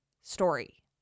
story